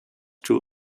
two